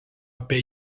apie